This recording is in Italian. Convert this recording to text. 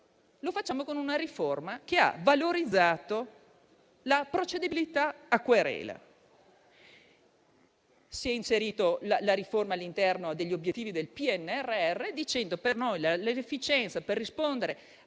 i tempi con una riforma che ha valorizzato la procedibilità a querela. Si è inserita la riforma all'interno degli obiettivi del PNRR, dicendo che per noi l'efficienza, per rispondere